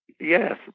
yes